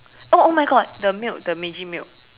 oh oh my God the milk the Meiji milk